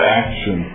action